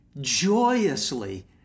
joyously